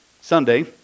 Sunday